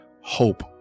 hope